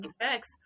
effects